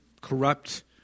corrupt